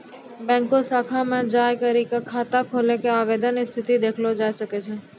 बैंको शाखा मे जाय करी क खाता खोलै के आवेदन स्थिति देखलो जाय सकै छै